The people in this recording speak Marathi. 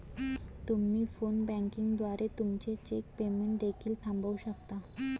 तुम्ही फोन बँकिंग द्वारे तुमचे चेक पेमेंट देखील थांबवू शकता